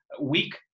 weak